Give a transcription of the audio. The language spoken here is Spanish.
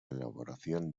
elaboración